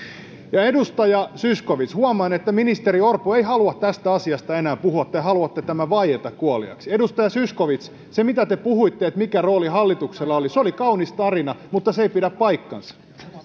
ja edustaja zyskowicz huomaan että ministeri orpo ei halua tästä asiasta enää puhua te haluatte tämän vaieta kuoliaaksi se mitä te puhuitte siitä mikä rooli hallituksella oli oli kaunis tarina mutta se ei pidä paikkaansa